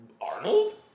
Arnold